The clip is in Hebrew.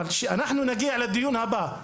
וכשאנחנו נגיע לדיון הבא,